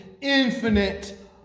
infinite